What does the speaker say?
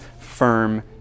firm